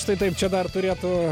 štai taip čia dar turėtų